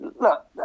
look